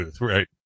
Right